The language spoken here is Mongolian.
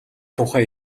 тухай